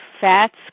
fat's